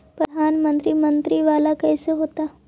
प्रधानमंत्री मंत्री वाला कैसे होता?